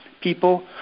people